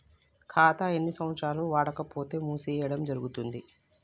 ఖాతా ఎన్ని సంవత్సరాలు వాడకపోతే మూసివేయడం జరుగుతుంది?